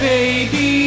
Baby